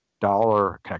dollar